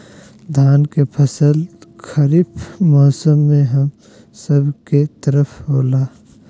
धान के फसल खरीफ मौसम में हम सब के तरफ होला